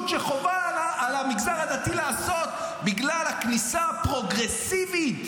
שחובה על המגזר הדתי לעשות בגלל הכניסה הפרוגרסיבית,